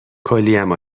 کلیم